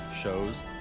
shows